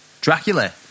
Dracula